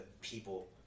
people